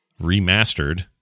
Remastered